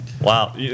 Wow